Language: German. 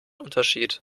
unterschied